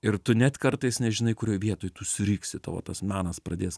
ir tu net kartais nežinai kurioj vietoj tu suriksi tavo tas menas pradės